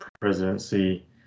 presidency